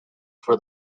for